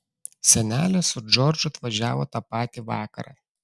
senelė su džordžu atvažiavo tą patį vakarą